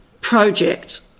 Project